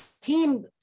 team